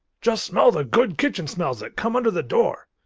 just smell the good kitchen-smells that come under the door.